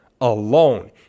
alone